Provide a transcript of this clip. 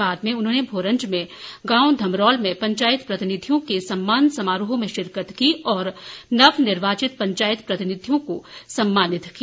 बाद में उन्होंने भोरंज के गांव धमरोल में पंचायत जनप्रतिनिधियों के सम्मान समारोह में शिरकत की और नवनिर्वाचित पंचायत जनप्रतिनिधियों को सम्मानित किया